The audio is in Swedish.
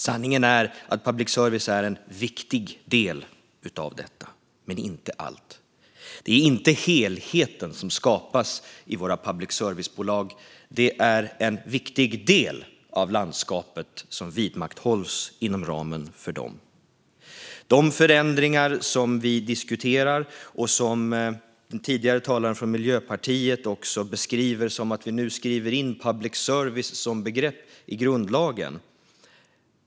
Sanningen är att public service är en viktig del av detta - men inte allt. Det är inte helheten som skapas i våra public service-bolag, utan det är en viktig del av landskapet som vidmakthålls inom ramen för dem. De förändringar vi diskuterar beskrev talaren från Miljöpartiet tidigare som att vi nu skriver in public service som begrepp i grundlagen.